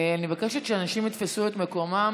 אני מבקשת שאנשים יתפסו את מקומם.